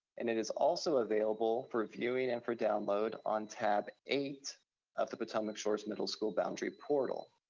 and it is also available for viewing and for download on tab eight of the potomac shores middle school boundary portal.